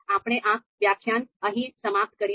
આપણે આ વ્યાખ્યાન અહીં સમાપ્ત કરીશું